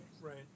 Right